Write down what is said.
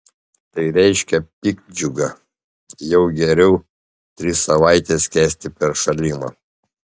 tai reiškia piktdžiugą jau geriau tris savaites kęsti peršalimą